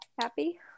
Happy